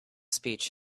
speech